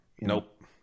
Nope